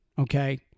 okay